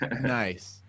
Nice